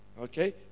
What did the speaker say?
Okay